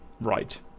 right